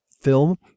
film